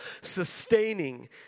sustaining